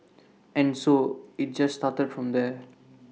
and so IT just started from there